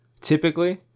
typically